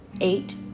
eight